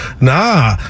Nah